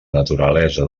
naturalesa